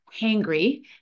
hangry